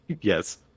Yes